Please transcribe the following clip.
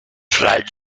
frank